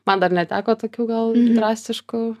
man dar neteko tokių gal drastiškų